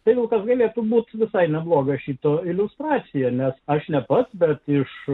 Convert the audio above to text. todėl kad galėtų būti visai nebloga šitoji liustracija nes aš ne pats dar iš